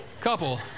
couple